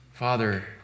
Father